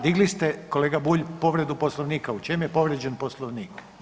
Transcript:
Digli ste kolega Bulj povredu Poslovnika, u čem je povrijeđen Poslovnik?